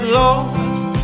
lost